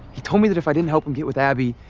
he told me that if i didn't help him get with abby,